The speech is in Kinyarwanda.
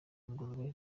ingurube